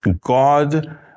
God